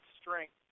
strength